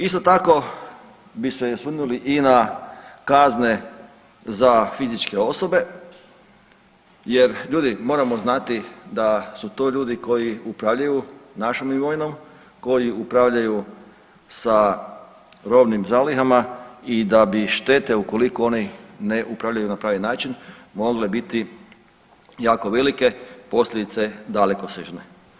Isto tako bi se osvrnuli i na kazne za fizičke osobe, jer ljudi moramo znati da su to ljudi koji upravljaju našom imovinom, koji upravljaju sa robnim zalihama i da bi štete ukoliko oni ne upravljaju na pravi način mogle biti jako velike, posljedice dalekosežne.